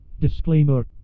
Disclaimer